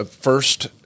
first